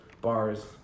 bars